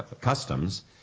Customs